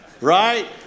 right